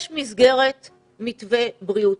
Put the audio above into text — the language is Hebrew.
יש מסגרת מתווה בריאותית,